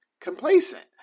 complacent